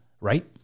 Right